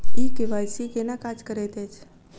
ई KYC केना काज करैत अछि?